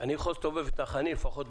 אני יכול להסתובב אתך בדרום, לפחות.